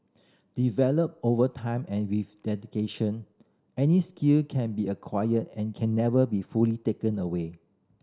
developed over time and with dedication any skill can be acquired and can never be fully taken away